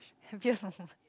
happiest